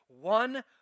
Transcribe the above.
one